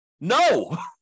No